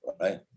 right